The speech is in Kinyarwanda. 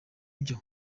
byo